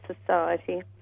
Society